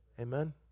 Amen